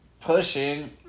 Pushing